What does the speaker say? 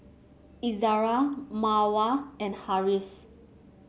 Izzara Mawar and Harris